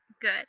Good